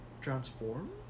transform